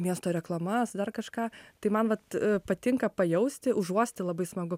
miesto reklamas dar kažką tai man vat patinka pajausti užuosti labai smagu